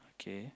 okay